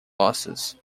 losses